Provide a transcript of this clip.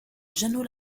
jeannot